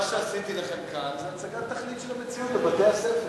מה שעשיתי לכם כאן זה הצגת תכלית של המציאות בבתי-הספר.